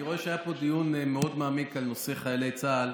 אני רואה שהיה פה דיון מאוד מעמיק על חיילי צה"ל.